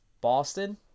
Boston